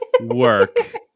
work